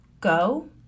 go